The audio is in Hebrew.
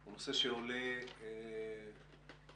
הוא נושא שעולה לכותרות,